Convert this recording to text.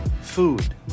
food